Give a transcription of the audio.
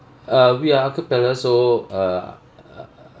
uh we're a capella so err